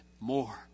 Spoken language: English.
more